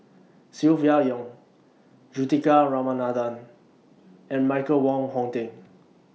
Silvia Yong Juthika Ramanathan and Michael Wong Hong Teng